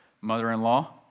mother-in-law